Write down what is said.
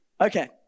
Okay